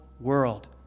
world